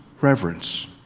reverence